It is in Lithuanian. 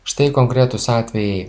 štai konkretūs atvejai